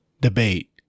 Debate